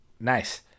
nice